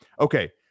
okay